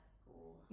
school